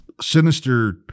sinister